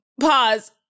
Pause